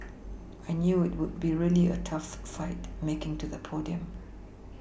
I knew it would be a really tough fight making to the podium